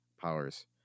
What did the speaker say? powers